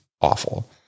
awful